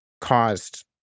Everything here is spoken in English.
caused